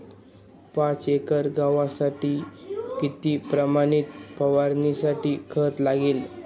पाच एकर गव्हासाठी किती प्रमाणात फवारणीसाठी खत लागेल?